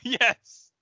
yes